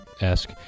esque